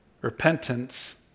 Repentance